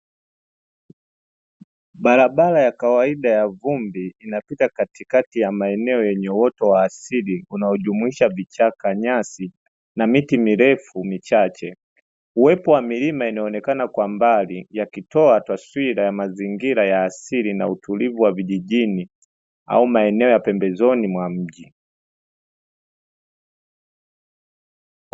Barabara ya kawaida ya vumbi inapita katikati ya maeneo yenye uoto wa asili unaojumuisha vichaka, nyasi na miti mirefu michache. Uwepo wa milima inaonekana kwa mbali yakitoa taswira ya mazingira ya asili na utulivu wa vijijni au maeneo ya pembezoni mwa mji.